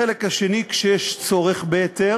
החלק השני, כשיש צורך בהיתר